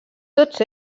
tots